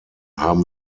haben